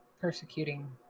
persecuting